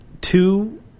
two